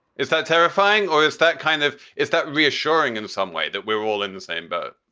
is that terrifying? or is that kind of is that reassuring in some way that we're all in the same boat?